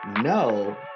no